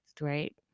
right